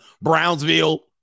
Brownsville